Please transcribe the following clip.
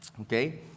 okay